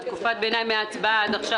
בתקופה שבין ההצבעה עד עכשיו,